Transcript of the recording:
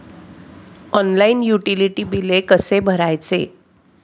Online utility बिले कसे भरायचे?